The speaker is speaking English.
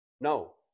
No